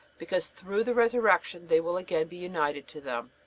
because through the resurrection they will again be united to them.